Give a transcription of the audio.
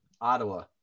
Ottawa